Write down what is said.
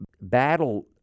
battle